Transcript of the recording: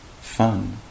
fun